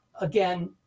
Again